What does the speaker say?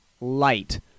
light